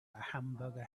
hamburger